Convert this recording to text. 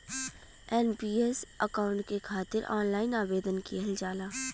NPS account के खातिर online आवेदन किहल जाला